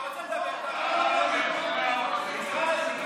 אבל היום ניצחתם את הנכים.